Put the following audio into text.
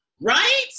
Right